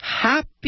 Happy